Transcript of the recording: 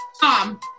Tom